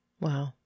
Wow